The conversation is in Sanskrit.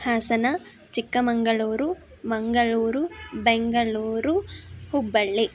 हासन चिक्कमङ्गळूरु मङ्गळूरु बेङ्गळूरु हुब्बळ्ळि